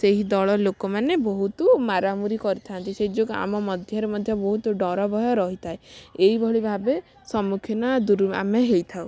ସେହି ଦଳ ଲୋକମାନେ ବହୁତ ମାରାମୁରି କରିଥାନ୍ତି ସେ ଯୋଗୁଁ ଆମ ମଧ୍ୟରେ ମଧ୍ୟ ବହୁତ ଡର ମଧ୍ୟ ରହିଥାଏ ଏଇଭଳି ଭାବେ ସମ୍ମୁଖୀନ ଦୁର୍ ଆମେ ହେଇଥାଉ